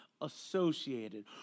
associated